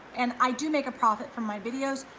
and i do make a profit from my videos,